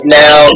now